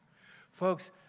Folks